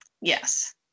yes